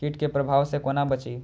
कीट के प्रभाव से कोना बचीं?